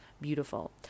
beautiful